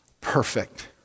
perfect